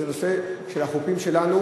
זה נושא של החופים שלנו,